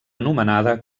anomenada